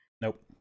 Nope